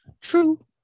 True